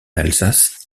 alsace